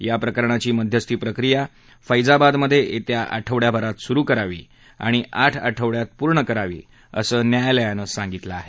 या प्रकरणाची मध्यस्थी प्रक्रिया फैजाबादमधे येत्या आठवडयाभरात सुरु करावी आणि आठ आठवडयात पूर्ण करावी असं न्यायालयानं सांगितलं आहे